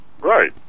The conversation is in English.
right